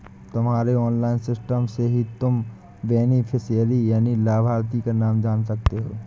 तुम्हारे online system से ही तुम बेनिफिशियरी यानि लाभार्थी का नाम जान सकते हो